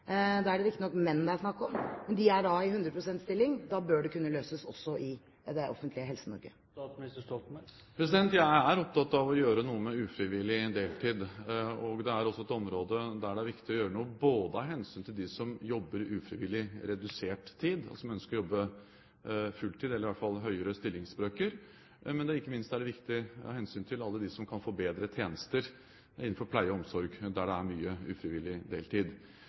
Da er det riktignok menn det er snakk om, men de er da i 100 pst. stilling. Da bør det kunne løses også i det offentlige Helse-Norge. Jeg er opptatt av å gjøre noe med ufrivillig deltid. Det er et område der det er viktig å gjøre noe av hensyn til dem som jobber ufrivillig redusert tid, og som ønsker å jobbe full tid eller i hvert fall i høyere stillingsbrøker. Men ikke minst er det viktig av hensyn til alle dem som kan få bedre tjenester innenfor pleie og omsorg, der det er mye ufrivillig deltid.